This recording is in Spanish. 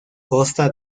costa